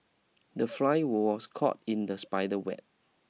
the fly was caught in the spider web